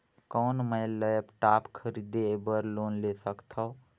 कौन मैं लेपटॉप खरीदे बर लोन ले सकथव?